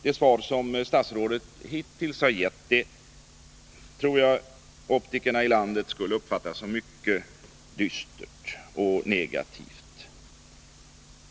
Det svar som statsrådet hittills har gett tror jag att optikerna i landet skulle uppfatta som mycket dystert och negativt.